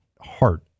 heart